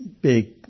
big